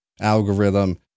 Algorithm